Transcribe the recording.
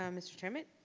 um mr. chairman.